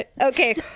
Okay